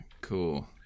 Cool